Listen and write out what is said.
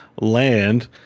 land